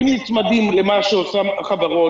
אם נצמדים למה שאותן חברות עושות,